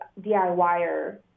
DIYer